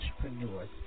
entrepreneurs